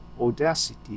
Audacity